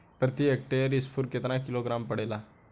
प्रति हेक्टेयर स्फूर केतना किलोग्राम पड़ेला?